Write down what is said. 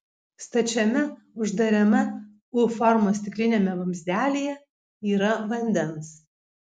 stačiame uždarame u formos stikliniame vamzdelyje yra vandens